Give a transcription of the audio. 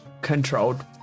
controlled